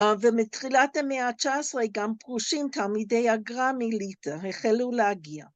‫ומתחילת המאה ה-19 ‫גם פרושים תלמידי הגרא מליטא החלו להגיע.